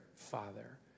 father